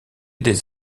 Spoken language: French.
des